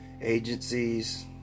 agencies